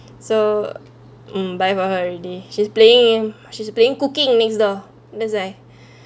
so mm buy for her already she's playing in she's playing cooking makes the design